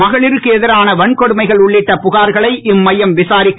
மகளிருக்கு எதிரான வன்கொடுமைகள் உள்ளிட்ட புகார்கனை இம்மையம் விசாரிக்கும்